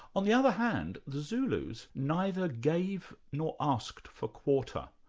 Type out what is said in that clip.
on the other hand, the zulus neither gave nor asked for quarter,